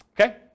Okay